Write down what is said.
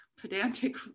pedantic